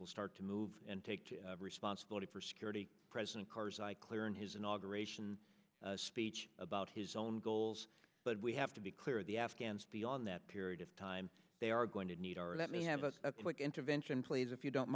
will start to move in take responsibility for security president karzai clear in his inauguration speech about his own goals but we have to be clear the afghans the on that period of time they are going to need our let me have a quick intervention please if you don't